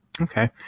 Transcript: Okay